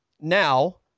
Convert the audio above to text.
now